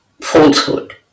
falsehood